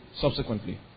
subsequently